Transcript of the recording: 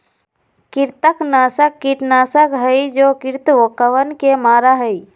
कृंतकनाशक कीटनाशक हई जो कृन्तकवन के मारा हई